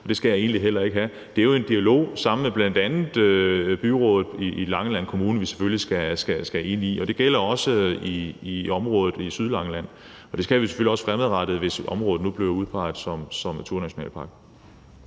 Det skal jeg egentlig heller ikke have. Det er jo en dialog sammen med bl.a. byrådet i Langeland Kommune, vi selvfølgelig skal have. Og det gælder også for området på Sydlangeland. Det skal vi selvfølgelig også fremadrettet, hvis området nu bliver udpeget som naturnationalpark.